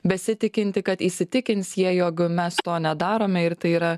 besitikinti kad įsitikins jie jog mes to nedarome ir tai yra